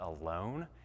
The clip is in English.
alone